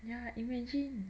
ya imagine